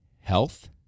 Health